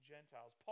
Gentiles